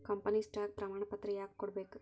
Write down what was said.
company stock ಪ್ರಮಾಣಪತ್ರ ಯಾಕ ಕೊಡ್ಬೇಕ್